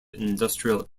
industrial